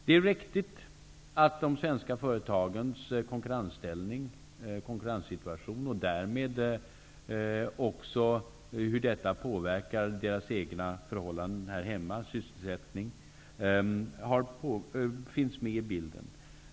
Det är viktigt att de svenska företagens konkurrenssituation och hur detta påverkar deras egna förhållanden här hemma och sysselsättningen finns med i bilden.